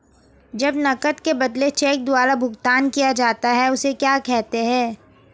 जब नकद के बदले चेक द्वारा भुगतान किया जाता हैं उसे क्या कहते है?